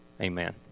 amen